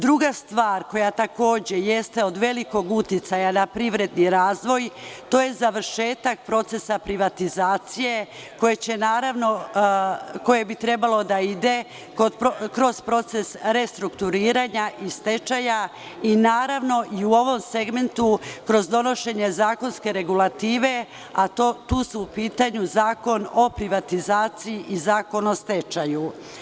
Druga stvar koja takođe jeste od velikog uticaja na privredni razvoj, to je završetak procesa privatizacije, koji bi trebalo da ide kroz proces restrukturiranja i stečaja i naravno, i u ovom segmentu, kroz donošenje zakonske regulative, a tu su upitanju Zakon o privatizaciji i Zakon o stečaju.